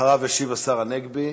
אחריו ישיב השר הנגבי.